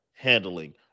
Handling